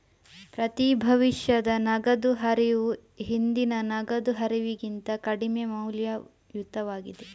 ಪ್ರತಿ ಭವಿಷ್ಯದ ನಗದು ಹರಿವು ಹಿಂದಿನ ನಗದು ಹರಿವಿಗಿಂತ ಕಡಿಮೆ ಮೌಲ್ಯಯುತವಾಗಿದೆ